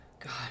God